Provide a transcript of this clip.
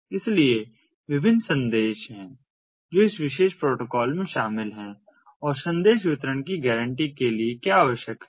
इसलिए विभिन्न संदेश हैं जो इस विशेष प्रोटोकॉल में शामिल हैं और संदेश वितरण की गारंटी के लिए क्या आवश्यक है